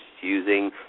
using